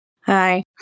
Hi